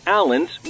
Allen's